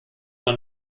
man